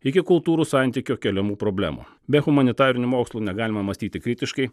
iki kultūrų santykio keliamų problemų be humanitarinių mokslų negalima mąstyti kritiškai